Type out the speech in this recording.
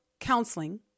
counseling